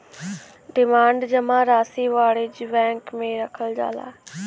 demand जमा राशी वाणिज्य बैंक मे रखल जाला